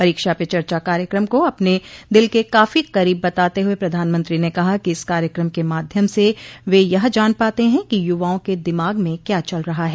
परीक्षा पे चर्चा कार्यक्रम को अपने दिल के काफी करीब बताते हुए प्रधानमंत्री ने कहा कि इस कार्यक्रम के माध्यम से वे यह जान पाते ह कि युवाओं के दिमाग में क्या चल रहा है